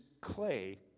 clay